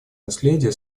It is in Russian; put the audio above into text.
наследия